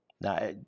Now